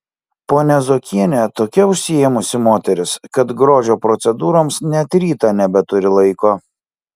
ponia zuokienė tokia užsiėmusi moteris kad grožio procedūroms net rytą nebeturi laiko